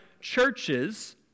churches